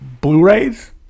Blu-rays